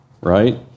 right